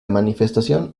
manifestación